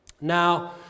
Now